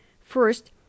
first